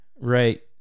Right